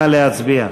נא להצביע.